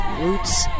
Roots